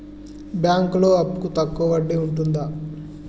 బ్యాంకులలో అప్పుకు తక్కువ వడ్డీ ఉంటదా?